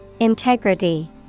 Integrity